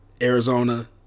Arizona